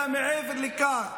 אלא מעבר לכך,